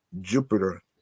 jupiter